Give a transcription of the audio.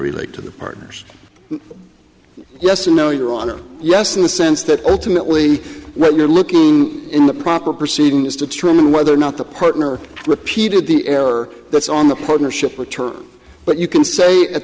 relate to the partners yes or no your honor yes in the sense that ultimately what you're looking in the proper proceeding is to truly whether or not the protein or repeated the error that's on the partnership with her but you can say at